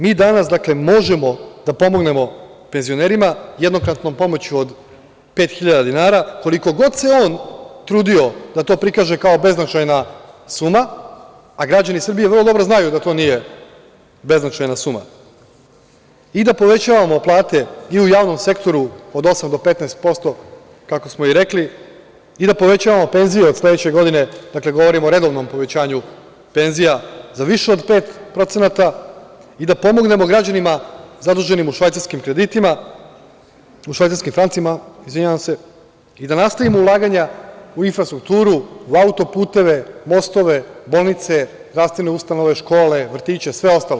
Mi danas, dakle možemo da pomognemo penzionerima jednokratnom pomoću od 5.000 dinara, koliko god se on trudio da to prikaže kao beznačajna suma, a građani Srbije vrlo dobro znaju da to nije beznačajna suma i da povećavamo plate i u javnom sektoru od 8% do 15%, kako smo i rekli i da povećavamo penzije od sledeće godine, dakle, govorim o redovnom povećanju penzija za više od 5% i da pomognemo građanima zaduženim u švajcarskim francima i da nastavimo ulaganja u infrastrukturu, u autoputeve, mostove, bolnice, zdravstvene ustanove, škole, vrtiće, sve ostalo.